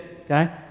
okay